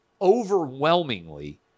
overwhelmingly